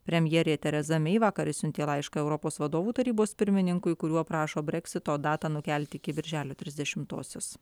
premjerė tereza mei vakar išsiuntė laišką europos vadovų tarybos pirmininkui kuriuo prašo breksito datą nukelt iki birželio trisdešimtosios